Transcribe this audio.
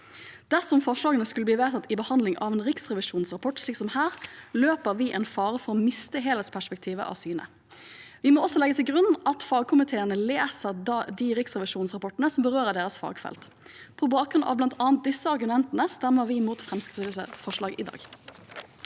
Dersom forslagene skulle bli vedtatt i behandlingen av en riksrevisjonsrapport, slik som her, står vi i fare for å miste helhetsperspektivet av syne. Vi må også legges til grunn at fagkomiteene leser de riksrevisjonsrapportene som berører deres fagfelt. På bakgrunn av bl.a. disse argumentene stemmer vi imot Fremskrittspartiets forslag i dag.